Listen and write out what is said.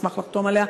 אשמח לחתום עליה.